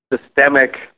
systemic